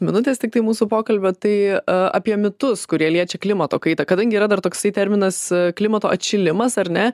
minutės tiktai mūsų pokalbio tai apie mitus kurie liečia klimato kaitą kadangi yra dar toks terminas klimato atšilimas ar ne